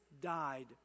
died